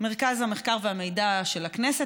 מרכז המחקר והמידע של הכנסת,